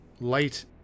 light